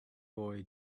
boy